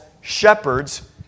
shepherds